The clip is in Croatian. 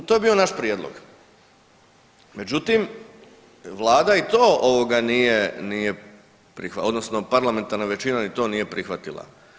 To je bio naš prijedlog, međutim vlada i to ovoga nije, nije odnosno parlamentarna većina ni to nije prihvatila.